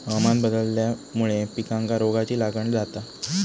हवामान बदलल्यामुळे पिकांका रोगाची लागण जाता